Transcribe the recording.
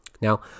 Now